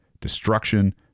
destruction